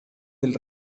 del